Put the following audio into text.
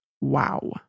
Wow